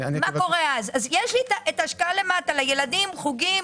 יש לי את ההשקעה למטה לילדים, חוגים,